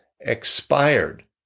expired